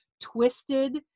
twisted